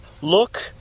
Look